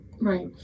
Right